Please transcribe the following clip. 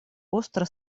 остро